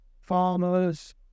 farmers